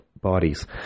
bodies